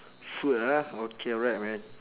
food ah okay alright man